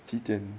几点